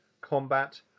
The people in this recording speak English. combat